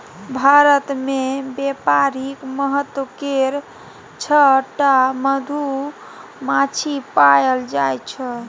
भारत मे बेपारिक महत्व केर छअ टा मधुमाछी पएल जाइ छै